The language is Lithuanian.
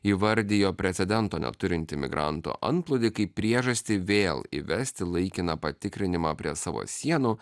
įvardijo precedento neturintį migrantų antplūdį kaip priežastį vėl įvesti laikiną patikrinimą prie savo sienų